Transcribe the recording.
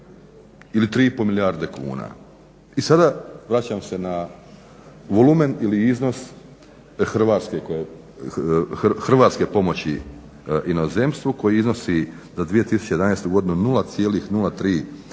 ili 3,5 milijarde kuna. I sada vraćam se na volumen ili iznos hrvatske pomoći inozemstvu koji iznosi za 2011. godinu 0,03 bruto